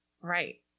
Right